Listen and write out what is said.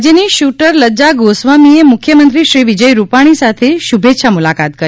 રાજ્યની શુટર લજ્જા ગોસ્વામીએ મુખ્યમંત્રી શ્રી વિજયભાઇ રૂપાણી સાથે શુભેચ્છા મુલાકાત કરી